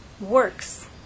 works